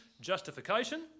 justification